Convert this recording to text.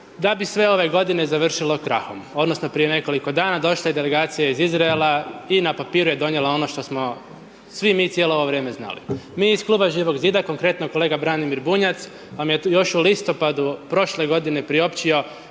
da bi sve ove godine završilo krahom. Odnosno prije nekoliko dana, došla je delegacija iz Izraela, i na papiru je donijela ono što smo svi mi cijelo ovo vrijeme znali. Mi iz Kluba Živog zida, konkretno kolega Branimir Bunjac vam je još u listopadu prošle godine priopćio